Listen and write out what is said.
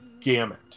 gamut